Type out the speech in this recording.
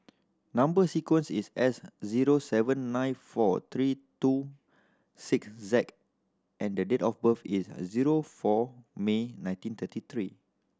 number sequence is S zero seven nine four three two six Z and the date of birth is zero four May nineteen thirty three